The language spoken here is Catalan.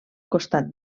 costat